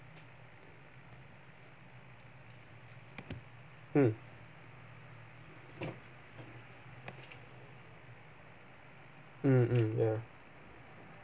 mm mm mm ya